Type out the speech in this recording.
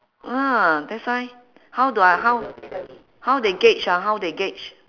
ya that's why how do I how how they gauge ah how they gauge